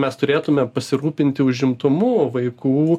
mes turėtume pasirūpinti užimtumu vaikų